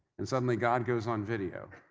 and suddenly, god goes on video.